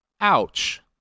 ouch